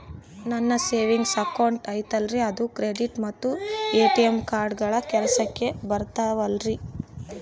ನನ್ನ savings account ಐತಲ್ರೇ ಅದು ಕ್ರೆಡಿಟ್ ಮತ್ತ ಎ.ಟಿ.ಎಂ ಕಾರ್ಡುಗಳು ಕೆಲಸಕ್ಕೆ ಬರುತ್ತಾವಲ್ರಿ?